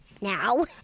Now